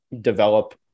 develop